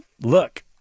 Look